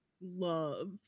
love